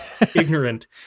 ignorant